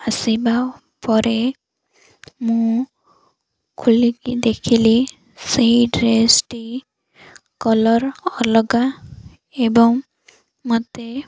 ଆସିବା ପରେ ମୁଁ ଖୋଲିକି ଦେଖିଲି ସେହି ଡ୍ରେସ୍ଟି କଲର୍ ଅଲଗା ଏବଂ ମୋତେ